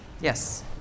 Yes